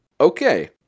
Okay